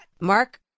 Mark